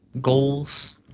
goals